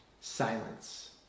Silence